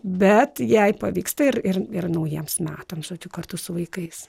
bet jei pavyksta ir ir ir naujiems metams žodžiu kartu su vaikais